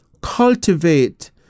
Cultivate